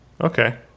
Okay